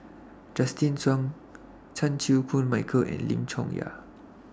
Justin Zhuang Chan Chew Koon Michael and Lim Chong Yah